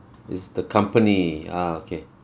is the company ah okay